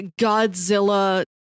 Godzilla